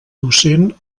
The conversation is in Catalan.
docent